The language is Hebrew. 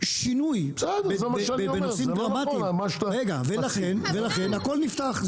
שינוי בנושאים דרמטיים ולכן הכל נפתח,